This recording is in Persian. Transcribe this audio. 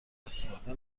استفاده